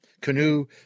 canoe